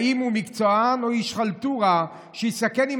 האם הוא מקצוען או איש חלטורה שיסכן עם